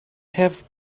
have